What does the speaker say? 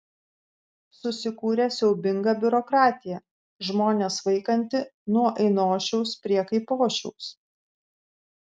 susikūrė siaubinga biurokratija žmones vaikanti nuo ainošiaus prie kaipošiaus